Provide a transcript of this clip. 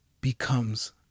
becomes